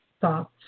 thoughts